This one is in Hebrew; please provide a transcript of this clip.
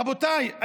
רבותיי,